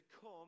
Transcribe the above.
come